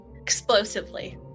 explosively